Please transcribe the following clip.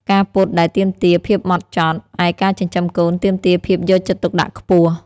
ការពត់ដែកទាមទារភាពហ្មត់ចត់ ឯការចិញ្ចឹមកូនទាមទារភាពយកចិត្តទុកដាក់ខ្ពស់។